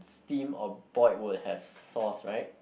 steam or boiled will have sauce right